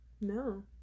No